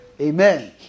Amen